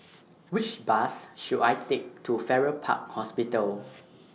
Which Bus should I Take to Farrer Park Hospital